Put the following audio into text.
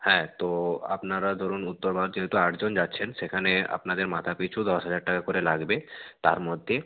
হ্যাঁ তো আপনারা ধরুন উত্তর ভারতের যেহেতু আট জন যাচ্ছেন সেখানে আপনাদের মাথা পিছু দশ হাজার টাকা করে লাগবে তারমধ্যে